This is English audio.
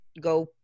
go